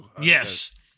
Yes